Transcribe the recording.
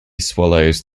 swallows